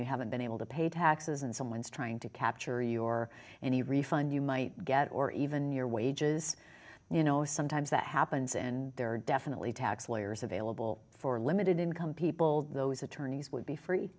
you haven't been able to pay taxes and someone's trying to capture your any refund you might get or even your wages you know sometimes that happens and there are definitely tax lawyers available for limited income people those attorneys would be free